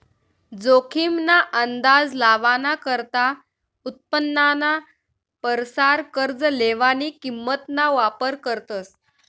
जोखीम ना अंदाज लावाना करता उत्पन्नाना परसार कर्ज लेवानी किंमत ना वापर करतस